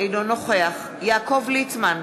אינו נוכח יעקב ליצמן,